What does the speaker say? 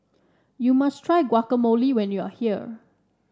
you must try Guacamole when you are here